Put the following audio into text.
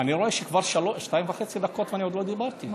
אני רואה שכבר שתיים וחצי דקות ואני עוד לא דיברתי.